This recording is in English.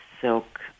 silk